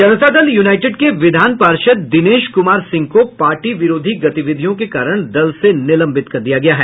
जनता Dal United के विधान पार्षद दिनेश कुमार सिंह को पार्टी विरोधी गतिविधियों के कारण दल से निलंबित कर दिया गया है